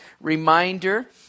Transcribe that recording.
reminder